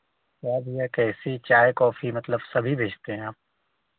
चाय भैया कैसे चाय काफ़ी मतलब सभी बेचते हैं आप